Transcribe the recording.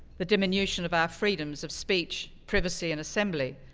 the diminution of our freedoms of speech, privacy, and assembly,